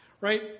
right